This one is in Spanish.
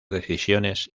decisiones